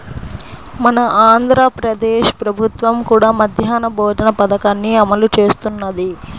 మన ఆంధ్ర ప్రదేశ్ ప్రభుత్వం కూడా మధ్యాహ్న భోజన పథకాన్ని అమలు చేస్తున్నది